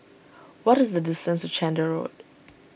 what is the distance to Chander Road